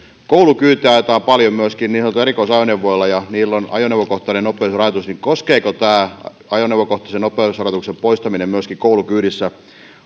koulukyytejä ajetaan paljon myöskin niin sanotuilla erikoisajoneuvoilla ja niillä on ajoneuvokohtainen nopeusrajoitus koskeeko tämä ajoneuvokohtaisen nopeusrajoituksen poistaminen myöskin koulukyydissä